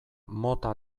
mota